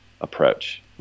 approach